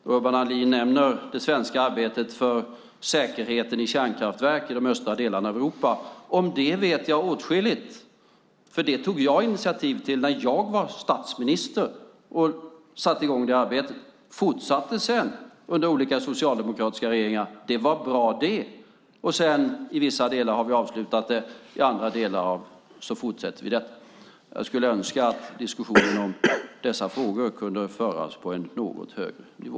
Urban Ahlin nämner det svenska arbetet för säkerheten i kärnkraftverk i de östra delarna av Europa. Om det vet jag åtskilligt eftersom jag tog initiativ till det när jag var statsminister. Jag satte i gång det arbetet. Det arbetet fortsatte sedan under olika socialdemokratiska regeringar. Det var bra. I vissa delar har arbetet avslutats, och i andra delar fortsätter vi. Jag skulle önska att diskussionen om dessa frågor kunde föras på en något högre nivå.